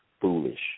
foolish